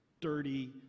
dirty